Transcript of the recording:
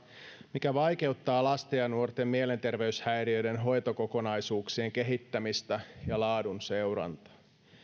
mikä vaikeuttaa lasten ja nuorten mielenterveyshäiriöiden hoitokokonaisuuksien kehittämistä ja laadun seurantaa